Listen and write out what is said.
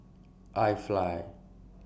IFly